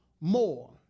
more